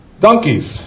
donkeys